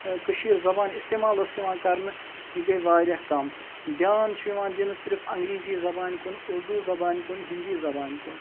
کٔشیٖر زبان اِستعمال ٲس یِوان کَرنہٕ یہِ گٔے واریاہ کَم دھیان چھُ یِوان دِنہٕ صرف انٛگریٖزی زبانہِ کُن اردوٗ زبانہِ کُن ہِندی زبانہِ کُن